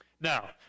Now